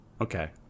Okay